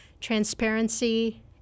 transparency